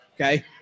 okay